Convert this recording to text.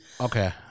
Okay